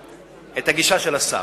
את הגישה של השר.